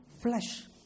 flesh